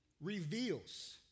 reveals